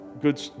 good